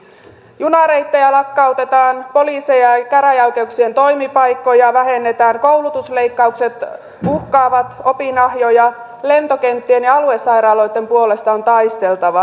junareittejä lakkautetaan poliiseja käräjäoikeuksien toimipaikkoja vähennetään koulutusleikkaukset uhkaavat opinahjoja lentokenttien ja aluesairaaloitten puolesta on taisteltava